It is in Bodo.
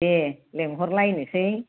दे लेंहरलायनोसै